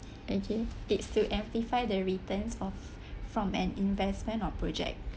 oaky it's still amplify the returns of from an investment of a project